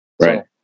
Right